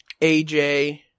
AJ